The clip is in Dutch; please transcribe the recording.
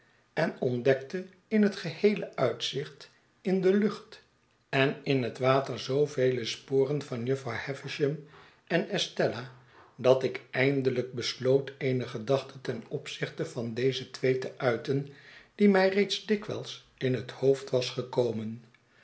en ontdekte in het geheele uitzicht in de lucht en in het water zoovele sporen van jufvrouw havisham en estelia dat ik eindelijk besloot eene gedachte ten opzichte van deze twee te uiten die mij reeds dikwijls in het hoofd was gekomen